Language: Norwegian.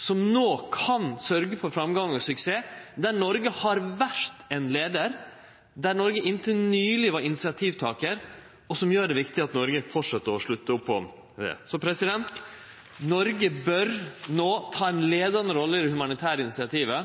som no kan sørgje for framgang og suksess, der Noreg har vore ein leiar, der Noreg inntil nyleg var initiativtakar, og som gjer det viktig at Noreg fortset å slutte opp om det. Noreg bør no ta